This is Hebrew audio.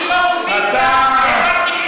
אני באופוזיציה העברתי,